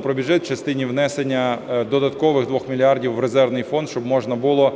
про бюджет в частині внесення додаткових 2 мільярдів в Резервний фонд, щоб можна було